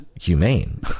humane